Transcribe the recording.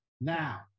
Now